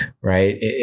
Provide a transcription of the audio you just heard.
right